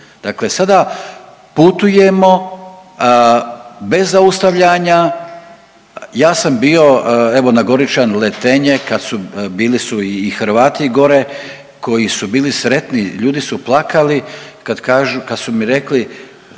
dakle sada putujemo bez zaustavljanja. Ja sam bio evo na Goričanu Letenye kad su, bili su i Hrvati gore koji su bili sretni, ljudi su plakali kad kažu, kad